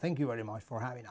thank you very much for having